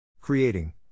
Creating